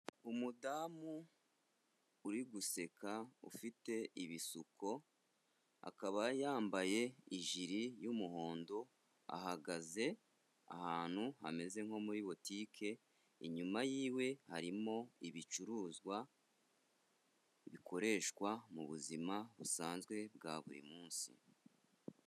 Umudamu uri guseka ufite ibisuko, akaba yambaye ijiri y'umuhondo, ahagaze ahantu hameze nko muri butike, inyuma yiwe harimo ibicuruzwa bikoreshwa mu buzima busanzwe bwa buri munsi.